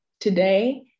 today